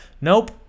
Nope